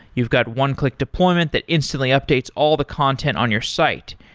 you've got one-click deployment that instantly updates all the content on your site.